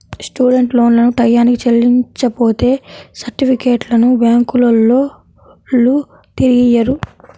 student లోన్లను టైయ్యానికి చెల్లించపోతే సర్టిఫికెట్లను బ్యాంకులోల్లు తిరిగియ్యరు